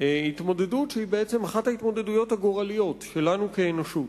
התמודדות שהיא בעצם אחת ההתמודדויות הגורליות שלנו כאנושות.